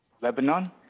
Lebanon